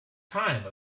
time